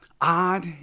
odd